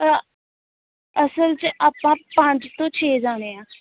ਅਸਲ 'ਚ ਆਪਾਂ ਪੰਜ ਤੋਂ ਛੇ ਜਾਣੇ ਹਾਂ